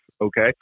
okay